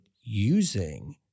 using